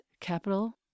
capital